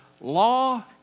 law